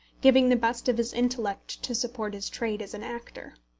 giving the best of his intellect to support his trade as an actor.